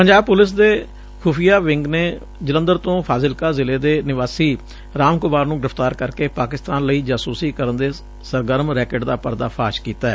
Punjab police ਦੇ ਖੁਫ਼ੀਆ wing ਨੇ ਜਲੰਧਰ ਤੋਂ ਫਾਜ਼ਿਲਕਾ ਜ਼ਿਲ੍ਹੇ ਦੇ ਨਿਵਾਸੀ ਰਾਮ ਕੁਮਾਰ ਨੂੰ ਗ੍੍ਿਫ਼ਤਾਰ ਕਰਕੇ ਪਾਕਿਸਤਾਨ ਲਈ ਜਾਸੁਸੀ ਕਰਨ ਦੇ ਸਰਗਰਮ ਰੈਕੇਟ ਦਾ ਪਰਦਾ ਫਾਸ਼ ਕੀਤੈ